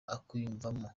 akwiyumvamo